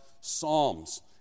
Psalms